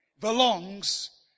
belongs